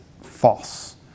false